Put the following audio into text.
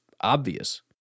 obvious